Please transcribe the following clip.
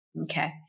Okay